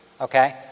okay